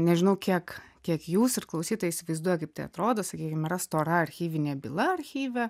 nežinau kiek kiek jūs ir klausytojai įsivaizduoja kaip tai atrodo sakykim yra stora archyvinė byla archyve